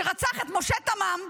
שרצח את משה תמם,